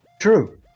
true